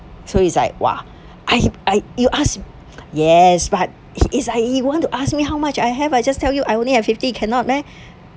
so it's like !wah! I I you asked yes but it's like you wanted to ask me how much I have I just tell you I only have fifty cannot meh